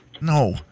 No